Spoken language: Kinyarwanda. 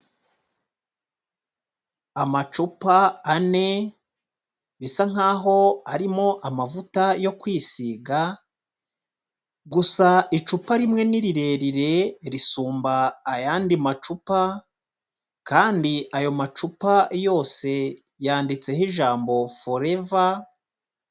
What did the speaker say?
Amacupa ane bisa nkaho arimo amavuta yo kwisiga gusa icupa rimwe ni rirerire risumba ayandi macupa kandi ayo macupa yose yanditseho ijambo foreva...